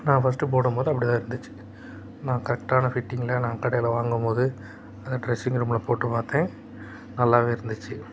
நான் ஃபஸ்ட்டு போடும்போது அப்படி தான் இருந்துச்சு நான் கரெக்டான ஃபிட்டிங்கில் நான் கடையில் வாங்கும்போது அந்த ட்ரெஸ்ஸிங் ரூமில் போட்டு பார்த்தேன் நல்லாவே இருந்துச்சு